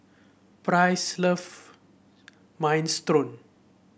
Price love Minestrone